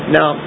Now